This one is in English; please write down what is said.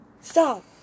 stop